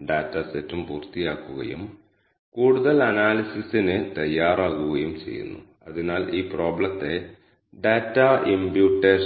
അല്ലെങ്കിൽ working directory